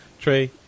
Trey